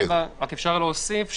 אפשר להוסיף,